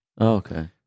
Okay